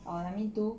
oh I mean two